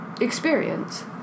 experience